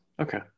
okay